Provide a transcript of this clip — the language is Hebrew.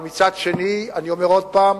מצד שני, אני אומר עוד פעם: